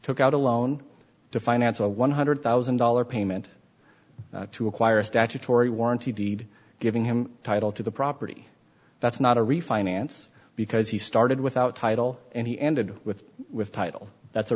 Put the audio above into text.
took out a loan to finance a one hundred one thousand dollars payment to acquire a statutory warranty deed giving him title to the property that's not a refinance because he started without title and he ended with with title that's a